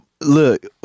look